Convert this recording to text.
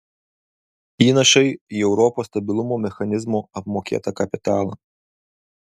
įnašai į europos stabilumo mechanizmo apmokėtą kapitalą